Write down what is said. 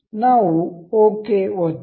ನಾವು ಓಕೆ ಒತ್ತೋಣ